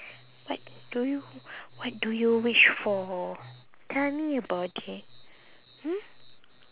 what do you what do you wish for tell me about it hmm